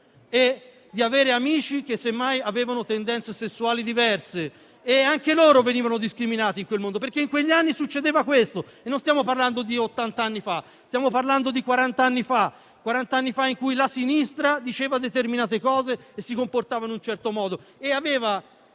e di avere amici che avevano tendenze sessuali diverse: anche loro venivano discriminati in quel mondo, perché in quegli anni succedeva questo, e non stiamo parlando di ottant'anni fa, ma di quaranta. Erano anni in cui la sinistra diceva determinate cose, si comportava in un certo modo e aveva